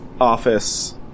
office